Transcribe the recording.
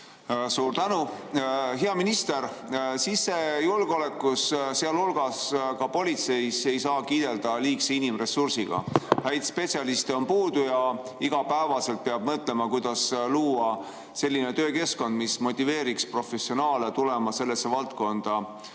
Suur tänu! Hea minister! Sisejulgeolekus, sealhulgas politseis ei saa kiidelda liigse inimressursiga. Häid spetsialiste on puudu ja iga päev peab mõtlema, kuidas luua selline töökeskkond, mis motiveeriks professionaale sellesse valdkonda